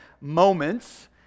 moments